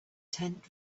tent